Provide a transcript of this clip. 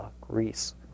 Greece